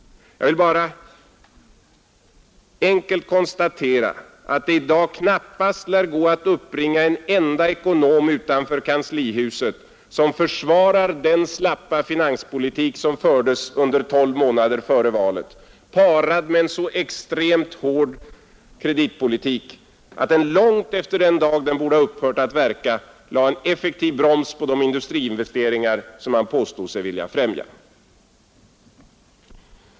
Jag vill bara enkelt konstatera att det i dag knappast lär gå att uppbringa en enda ekonom utanför kanslihuset som försvarar den slappa finanspolitik som fördes under tolv månader före valet, parad med en så extremt hård kredit politik att den långt efter den dag den borde ha upphört att verka lade en effektiv broms på de industriinvesteringar som man påstod sig vilja främja.